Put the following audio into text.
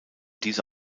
diese